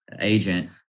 agent